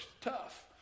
tough